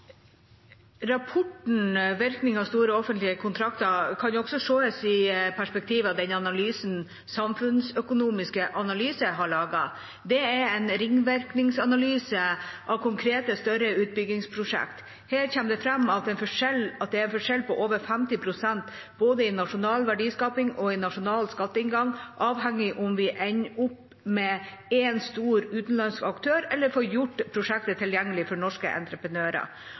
Rapporten Virkninger av store offentlige kontrakter kan også ses i perspektiv av den analysen Samfunnsøkonomisk analyse har laget. Det er en ringvirkningsanalyse av konkrete større utbyggingsprosjekter. Her kommer det fram at det er en forskjell på over 50 pst. både i nasjonal verdiskaping og i nasjonal skatteinngang, avhengig av om vi ender opp med én stor utenlandsk aktør eller får gjort prosjektet tilgjengelig for norske entreprenører.